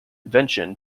invention